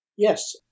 Yes